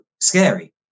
scary